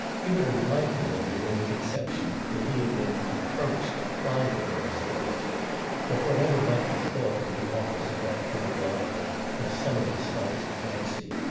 he would have liked to linger in the conception that he had been approached by the promiscuous but whatever might be thought in the office of that periodical of some of his flights of fancy,